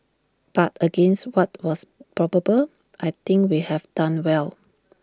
but against what was probable I think we have done well